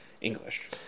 English